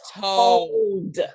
told